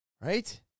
right